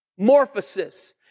morphosis